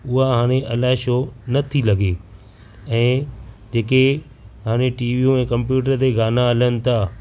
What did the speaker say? उहा हाणे अलाए छो नथी लॻे ऐं जेके हाणे टीवियूं ऐं कम्पयूटर ते गाना हलनि था